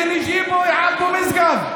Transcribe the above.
(אומר בערבית: היישובים במשגב.)